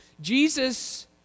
Jesus